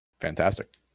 Fantastic